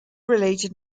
related